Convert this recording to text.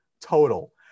Total